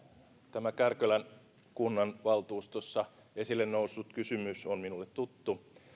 tämä kärkölän kunnanvaltuustossa esille noussut kysymys on minulle tuttu